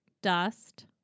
Dust